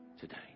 today